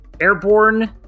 Airborne